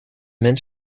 mens